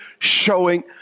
Showing